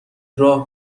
راه